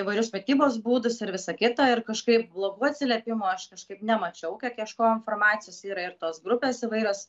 įvairius mitybos būdus ir visa kita ir kažkaip blogų atsiliepimų aš kažkaip nemačiau kiek ieškojau informacijos yra ir tos grupės įvairios